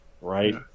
right